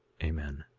amen.